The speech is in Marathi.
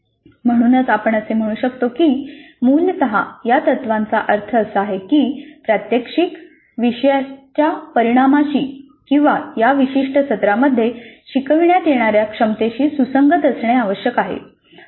म्हणूनच आपण असे म्हणू शकतो की मूलत या तत्त्वाचा अर्थ असा आहे की प्रात्यक्षिक विषयाच्या परिणामाशी किंवा या विशिष्ट सत्रामध्ये शिकविण्यात येणाऱ्या क्षमतेशी सुसंगत असणे आवश्यक आहे